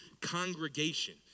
congregation